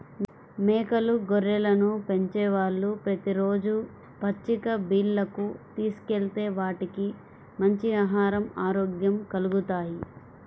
మేకలు, గొర్రెలను పెంచేవాళ్ళు ప్రతి రోజూ పచ్చిక బీల్లకు తీసుకెళ్తే వాటికి మంచి ఆహరం, ఆరోగ్యం కల్గుతాయి